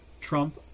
Trump